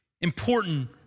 important